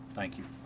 thank you.